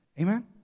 Amen